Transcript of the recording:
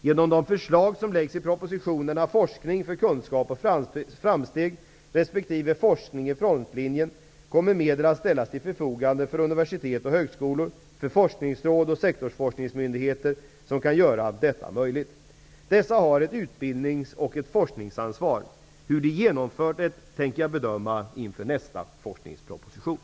Genom de förslag som läggs i propositionerna Forskning för kunskap och framsteg och Forskning i frontlinjen kommer medel att ställas till förfogande för universitet och högskolor, för forskningsråd och sektorsforskningsmyndigheter, som kan göra detta möjligt. Dessa har ett utbildnings och forskningsansvar. Hur de har genomfört det, tänker jag bedöma inför nästa forskningsproposition.